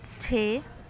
ਛੇ